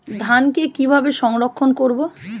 ধানকে কিভাবে সংরক্ষণ করব?